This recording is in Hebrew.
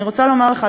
אני רוצה לומר לך,